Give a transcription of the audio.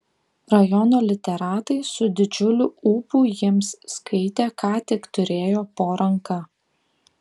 rajono literatai su didžiuliu ūpu jiems skaitė ką tik turėjo po ranka